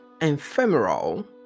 ephemeral